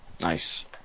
Nice